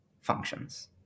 functions